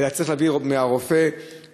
אלא צריך להביא מהרופא המחוזי,